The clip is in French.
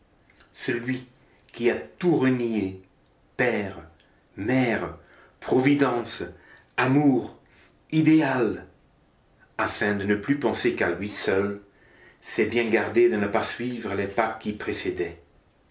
celui qui a tout renié père mère providence amour idéal afin de ne plus penser qu'à lui seul s'est bien gardé de ne pas suivre les pas qui précédaient